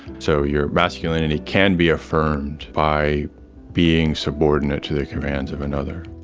so your masculinity can be affirmed by being subordinate to the commands of another.